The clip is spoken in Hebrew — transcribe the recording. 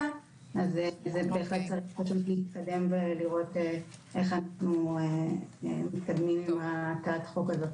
אז --- להתקדם ולראות איך אנחנו מתקדמים עם הצעת החוק.